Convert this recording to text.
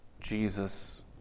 Jesus